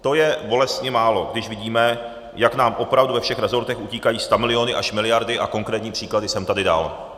To je bolestně málo, když vidíme, jak nám opravdu ve všech resortech utíkají stamiliony až miliardy, a konkrétní příklady jsem tady dal.